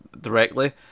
directly